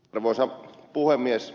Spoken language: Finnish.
arvoisa puhemies